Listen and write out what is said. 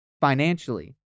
financially